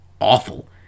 awful